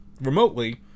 remotely